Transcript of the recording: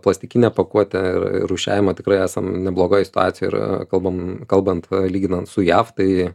plastikinę pakuotę ir rūšiavimą tikrai esam neblogoj situacijoj ir kalbam kalbant lyginant su jav tai